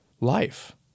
life